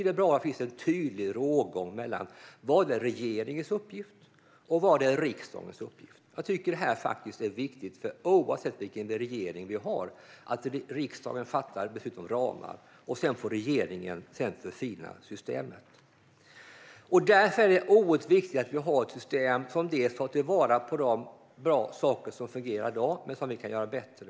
Det är bra om det finns en tydlig rågång mellan vad regeringens uppgift innebär och vad riksdagens uppgift innebär. Oavsett vilken regering vi har är det viktigt att riksdagen fattar beslut om ramar. Sedan får regeringen förfina systemet. Det är därför oerhört viktigt att vi har ett system som tar till vara de bra saker som fungerar i dag men som vi kan göra bättre.